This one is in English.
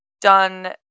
done